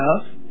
enough